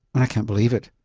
i can't believe it,